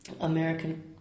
American